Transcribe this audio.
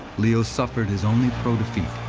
leo suffered his only pro defeat.